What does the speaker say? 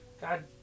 God